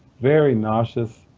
very nauseous,